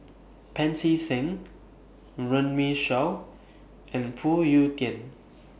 Pancy Seng Runme Shaw and Phoon Yew Tien